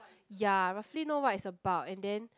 ya roughly know what it's about and then